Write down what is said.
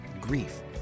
grief